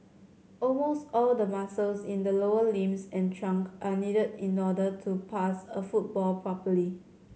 almost all the muscles in the lower limbs and trunk are needed in order to pass a football properly